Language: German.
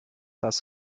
das